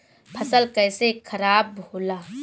फसल कैसे खाराब होला?